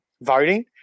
voting